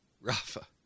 Rafa